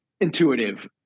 intuitive